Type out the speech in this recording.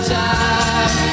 time